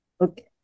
Okay